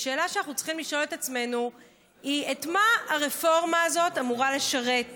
השאלה שאנחנו צריכים לשאול את עצמנו היא את מה הרפורמה הזאת אמורה לשרת,